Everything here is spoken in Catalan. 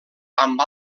amb